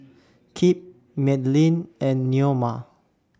Kip Madelynn and Neoma